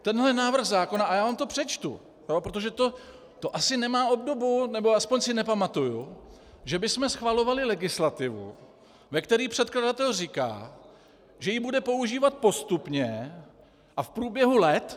Tenhle návrh zákona, a já vám to přečtu, protože to asi nemá obdobu, nebo aspoň si nepamatuji, že bychom schvalovali legislativu, ve které předkladatel říká, že ji bude používat postupně a v průběhu let.